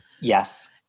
Yes